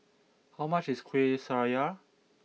how much is Kueh Syara